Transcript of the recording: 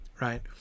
right